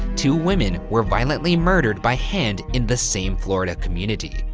two women were violently murdered by hand in the same florida community.